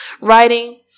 writing